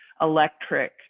electric